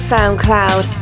SoundCloud